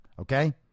okay